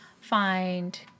find